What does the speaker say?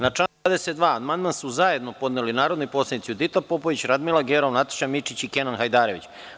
Na član 22. amandman su zajedno podneli narodni poslanici Judita Popović, Radmila Gerov, Nataša Mićić i Kenan Hajdarević.